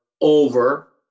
over